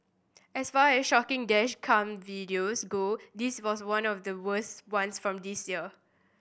as far as shocking dash cam videos go this was one of the worst ones from this year